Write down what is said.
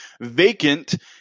vacant